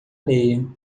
areia